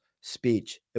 speech